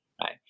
right